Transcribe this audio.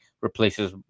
replaces